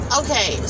okay